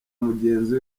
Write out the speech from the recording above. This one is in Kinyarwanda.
mugenzi